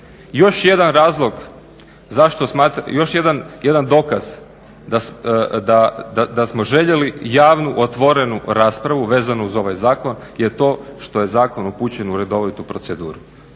tijela Hrvatskog sabora. Još jedan dokaz da smo željeli javnu, otvorenu raspravu vezano uz ovaj zakon je to što je zakon upućen u redovitu proceduru